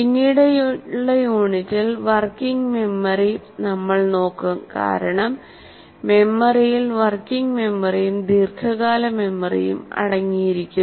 പിന്നീടുള്ള യൂണിറ്റിൽ working memory നമ്മൾ നോക്കും കാരണം മെമ്മറിയിൽ വർക്കിംഗ് മെമ്മറിയും ദീർഘകാല മെമ്മറിയും അടങ്ങിയിരിക്കുന്നു